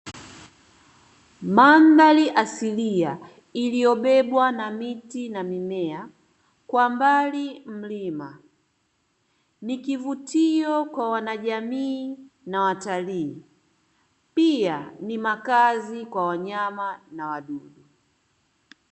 Mandhari asilia iliyobebwa na miti na wanyama kwa mbali mlima, no kivutio kwa wanajamii na pia watalii, pia ni makazi kwa wanyama na wadudu.